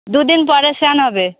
দুদিন পরে স্নান হবে